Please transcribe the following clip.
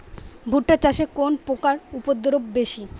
ভুট্টা চাষে কোন পোকার উপদ্রব বেশি?